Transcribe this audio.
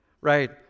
right